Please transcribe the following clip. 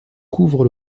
couvrent